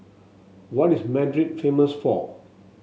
what is Madrid famous for